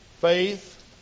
Faith